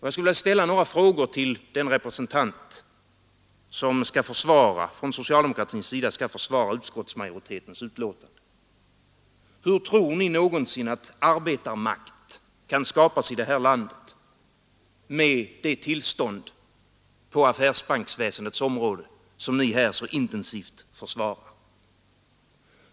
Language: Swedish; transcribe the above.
Jag skulle vilja ställa några frågor till den representant för socialdemokratin som skall försvara utskottsmajoritetens betänkande. Hur tror ni någonsin att arbetarmakt kan skapas i det här landet med det tillstånd på affärsbanksväsendets område som ni här så intensivt försvarar?